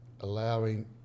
allowing